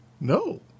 No